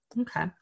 Okay